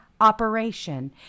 operation